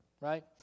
right